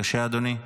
בבקשה, אדוני.